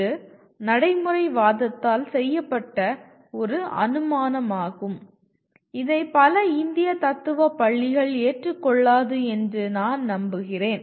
இது நடைமுறைவாதத்தால் செய்யப்பட்ட ஒரு அனுமானமாகும் இதை பல இந்திய தத்துவ பள்ளிகள் ஏற்றுக்கொள்ளாது என்று நான் நம்புகிறேன்